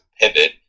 pivot